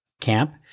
camp